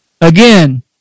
Again